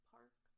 Park